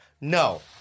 No